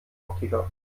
optiker